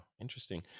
Interesting